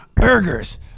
burgers